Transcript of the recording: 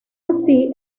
así